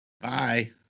Bye